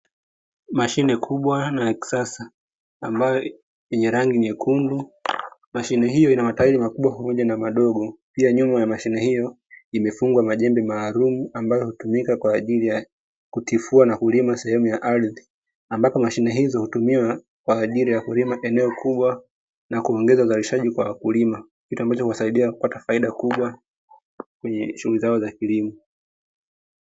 Mashine kubwa na ya kisasa ambayo yenye rangi nyekundu. Mashine hiyo ina matairi makubwa pamoja na madogo, pia nyuma ya mashine hiyo imefungwa majembe maalum ambayo hututumika kwa ajili ya kutifua na kulima sehemu ya ardhi. Ambapo mashine hizo hutumiwa kwa ajili ya kulima eneo kubwa na kuongeza uzalishaji kwa wakulima kitu ambacho huwasaidia kupata faida kubwa kwenye shughuli zao za kilimo.